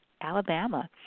Alabama